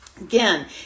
Again